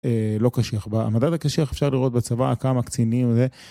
לא קשיח, במדד הקשיח אפשר לראות בצבא כמה קצינים